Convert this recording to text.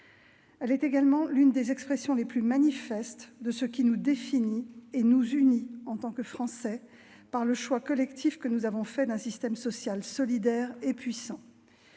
Elle est également l'une des expressions les plus manifestes de ce qui nous définit et nous unit en tant que Français, par le choix collectif que nous avons fait d'un système social solidaire et puissant.